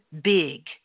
big